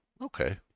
Okay